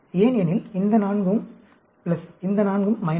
ஏனெனில் இந்த 4 ம் இந்த 4 ம்